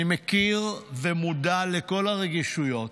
אני מכיר ומודע לכל הרגישויות.